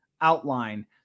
outline